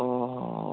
অঁ